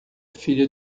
filha